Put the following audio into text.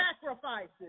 sacrifices